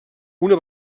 una